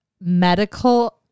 medical